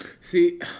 see